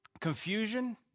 confusion